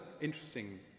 interesting